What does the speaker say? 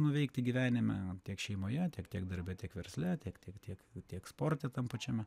nuveikti gyvenime tiek šeimoje tiek tiek darbe tiek versle tiek tiek tiek tiek sporte tam pačiame